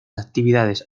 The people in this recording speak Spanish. actividades